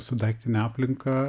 su daiktine aplinka